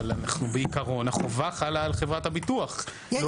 אבל בעיקרון החובה חלה על חברת הביטוח לא